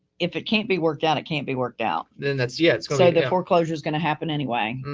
if it can't be worked out, it can't be worked out. then that's yeah. so the foreclosure is going to happen anyway.